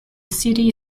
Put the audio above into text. city